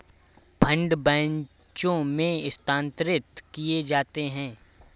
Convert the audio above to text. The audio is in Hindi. फंड बैचों में स्थानांतरित किए जाते हैं